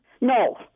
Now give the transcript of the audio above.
No